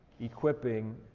equipping